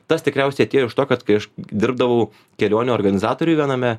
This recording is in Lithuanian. tas tikriausiai atėjo iš to kad kai aš dirbdavau kelionių organizatoriuj viename